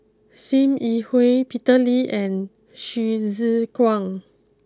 Sim Yi Hui Peter Lee and Hsu Tse Kwang